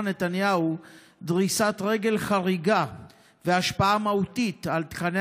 נתניהו דריסת רגל חריגה והשפעה מהותית על תוכני